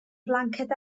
flanced